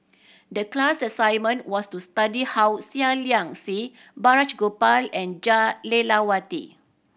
the class assignment was to study how Seah Liang Seah Balraj Gopal and Jah Lelawati